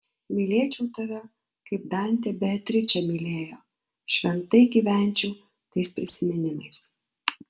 mylėčiau tave kaip dantė beatričę mylėjo šventai gyvenčiau tais prisiminimais